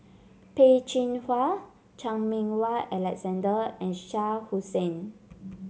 Peh Chin Hua Chan Meng Wah Alexander and Shah Hussain